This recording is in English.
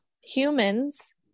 Humans